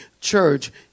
church